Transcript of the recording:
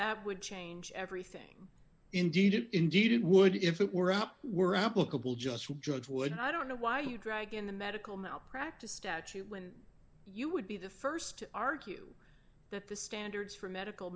that would change everything indeed indeed it would if it were up were applicable just to judge would i don't know why you drag in the medical malpractise statute when you would be the st to argue that the standards for medical